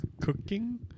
cooking